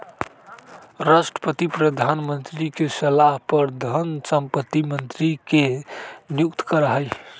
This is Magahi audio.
राष्ट्रपति प्रधानमंत्री के सलाह पर धन संपत्ति मंत्री के नियुक्त करा हई